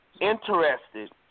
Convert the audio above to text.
interested